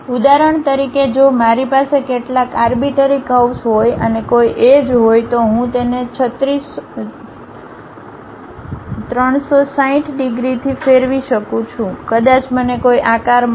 ઉદાહરણ તરીકે જો મારી પાસે કેટલાક આરબીટરી કર્વ્સ હોય અને કોઈ એજ હોય તો હું તેને 360૦ ડિગ્રીથી ફેરવી શકું છું કદાચ મને કોઈ આકાર મળશે